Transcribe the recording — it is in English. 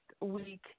week